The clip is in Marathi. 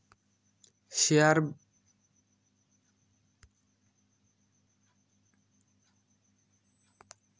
शेअर बजारमा स्टॉकना खरेदीदार आणि विक्रेता यासना जुग रहास